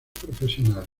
profesionales